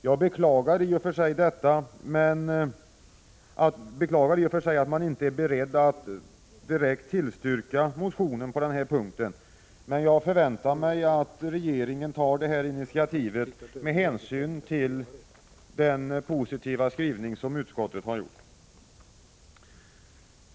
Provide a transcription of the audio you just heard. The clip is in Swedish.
Jag beklagar i och för sig att utskottet inte är berett att direkt tillstyrka motionen på den punkten, men jag förväntar mig att regeringen tar detta initiativ med hänsyn till utskottets positiva skrivning.